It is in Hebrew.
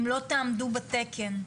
אם לא תעמדו בתקן.